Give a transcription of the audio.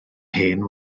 hen